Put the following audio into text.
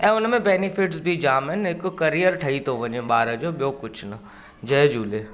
ऐं हुनमें बैनिफिट्स बि जाम आहिनि हिक करियर ठही थो वञे ॿार जो ॿियो कुझु न जय झूले